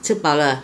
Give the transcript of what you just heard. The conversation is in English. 吃饱了